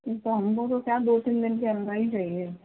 तो हमको तो क्या दो तीन दिन के अंदर ही चाहिए